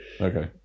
Okay